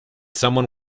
someone